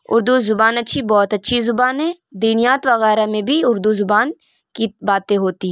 اردو زبان اچھی بہت اچھی زبان ہے دینیات وغیرہ میں بھی اردو زبان کی باتیں ہوتی